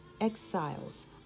exiles